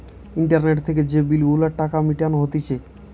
internet থেকে যে bill গুলার টাকা মিটানো হতিছে